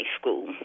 school